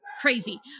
crazy